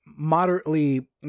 moderately